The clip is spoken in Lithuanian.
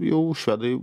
jau švedai